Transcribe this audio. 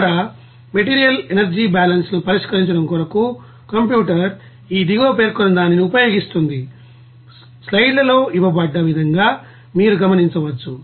ఇక్కడ material energy balance లను పరిష్కరించడం కొరకు కంప్యూటర్ ఈ దిగువ పేర్కొన్నదానిని ఉపయోగిస్తుంది స్లైడ్ ల్లో ఇవ్వబడ్డ విధంగా మీరు గమనించవచ్చు